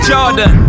Jordan